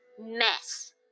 mess